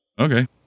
Okay